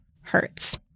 hertz